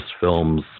films